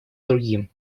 другим